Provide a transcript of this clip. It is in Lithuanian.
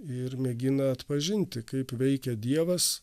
ir mėgina atpažinti kaip veikia dievas